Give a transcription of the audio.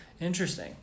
Interesting